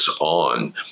on